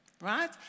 right